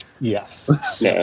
yes